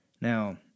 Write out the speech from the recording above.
Now